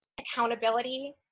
accountability